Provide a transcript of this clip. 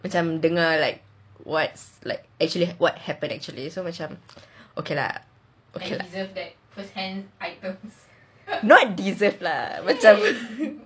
macam dengar like what's like actually what happened actually so macam okay lah not deserved lah macam